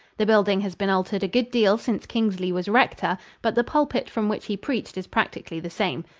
the building has been altered a good deal since kingsley was rector, but the pulpit from which he preached is practically the same.